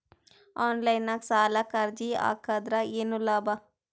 Online ನಾಗ್ ಸಾಲಕ್ ಅರ್ಜಿ ಹಾಕದ್ರ ಏನು ಲಾಭ?